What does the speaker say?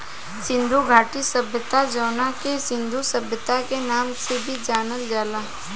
सिंधु घाटी सभ्यता जवना के सिंधु सभ्यता के नाम से भी जानल जाला